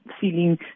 feeling